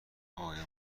آیا